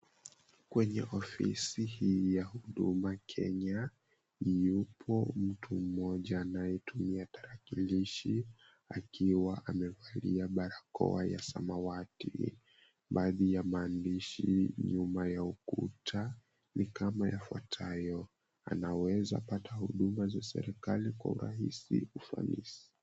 Kwenye ofisi hii ya huduma Kenya yupo mtu mmoja anayetumia tarakilishi akiwa amevalia barakoa ya samawati. Baadhi ya maandishi nyuma ya ukuta ni kama yafuatayo, "...anaweza pata huduma za serikali kwa urahisi ufanisi."